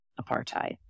apartheid